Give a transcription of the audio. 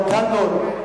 קל מאוד.